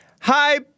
hi